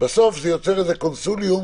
בסוף זה יוצר איזשהו קונסיליום,